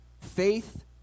faith